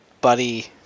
buddy